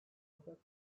fakat